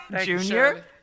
Junior